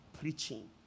preaching